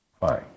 Fine